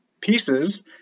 pieces